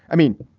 i mean,